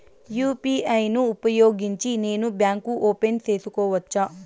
UPI ను ఉపయోగించి నేను బ్యాంకు ఓపెన్ సేసుకోవచ్చా?